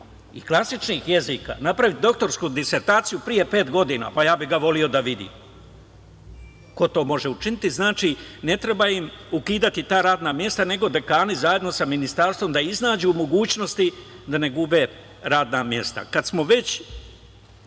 i klasičnih jezika, napraviti doktorsku disertaciju pre pet godina, pa ja bih voleo da ga vidim, ko to može učiniti. Znači, ne treba im ukidati ta radna mesta, nego dekani zajedno sa Ministarstvom da iznađu mogućnosti da ne gube radna mesta. Kad smo već